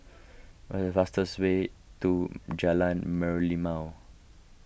what is the fastest way to Jalan Merlimau